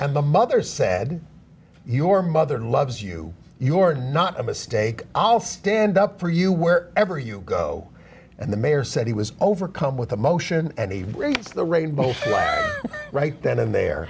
and the mother said your mother loves you your not a mistake i'll stand up for you where ever you go and the mayor said he was overcome with emotion and he read the rainbow right then and the